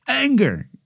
Anger